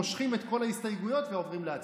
מושכים את כל ההסתייגויות ועוברים להצבעה.